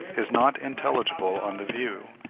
is not intelligible on the view,